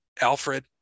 Alfred